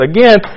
Again